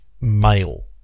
Male